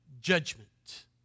judgment